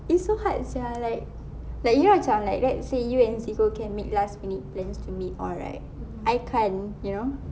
it's so hard sia like like you macam like let's say you and zeko can make last minute plans to meet all right I can't you know